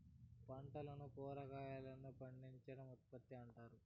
పంటలను కురాగాయలను పండించడం ఉత్పత్తి అంటారు